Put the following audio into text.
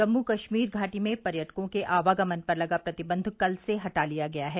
जम्मू कश्मीर घाटी में पर्यटकों के आवागमन पर लगा प्रतिबंध कल से हटा लिया गया है